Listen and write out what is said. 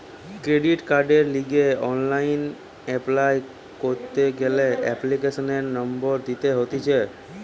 credit কার্ডের লিগে online apply করতি গ্যালে এপ্লিকেশনের নম্বর দিতে হতিছে